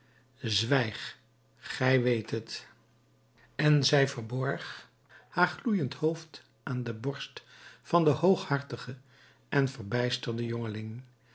gij weet het en zij verborg haar gloeiend hoofd aan de borst van den hooghartigen en verbijsterden jongeling